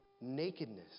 nakedness